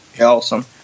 awesome